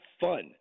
fun